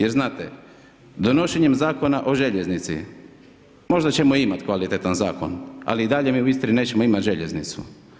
Jer znate, donošenjem Zakona o željeznici, možda ćemo imati kvalitetan zakon, ali i dalje mi u Istri nećemo imati željeznicu.